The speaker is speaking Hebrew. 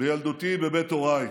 בילדותי בבית הוריי.